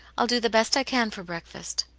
i'll do the best i can for break fast.